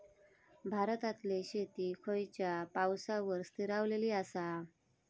भारतातले शेती खयच्या पावसावर स्थिरावलेली आसा?